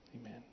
Amen